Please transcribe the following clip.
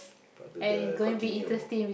got to the continue